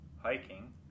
hiking